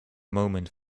moment